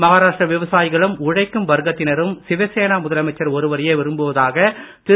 மாகாராஷ்டிர விவசாயிகளும் உழைக்கும் வர்கத்தினரும் சிவசேனா முதலமைச்சர் ஒருவரையே விரும்புவதாக திரு